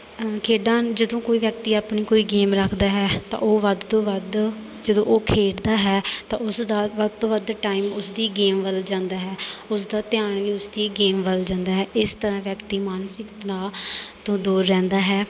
ਖੇਡਾਂ ਜਦੋਂ ਕੋਈ ਵਿਅਕਤੀ ਆਪਣੀ ਕੋਈ ਗੇਮ ਰੱਖਦਾ ਹੈ ਤਾਂ ਉਹ ਵੱਧ ਤੋਂ ਵੱਧ ਜਦੋਂ ਉਹ ਖੇਡਦਾ ਹੈ ਤਾਂ ਉਸਦਾ ਵੱਧ ਤੋਂ ਵੱਧ ਟਾਈਮ ਉਸਦੀ ਗੇਮ ਵੱਲ ਜਾਂਦਾ ਹੈ ਉਸਦਾ ਧਿਆਨ ਵੀ ਉਸਦੀ ਗੇਮ ਵੱਲ ਜਾਂਦਾ ਹੈ ਇਸ ਤਰ੍ਹਾਂ ਵਿਅਕਤੀ ਮਾਨਸਿਕ ਤਨਾਅ ਤੋਂ ਦੂਰ ਰਹਿੰਦਾ ਹੈ